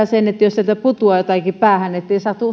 sen että jos sieltä putoaa jotakin päähän niin ei satu